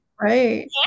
Right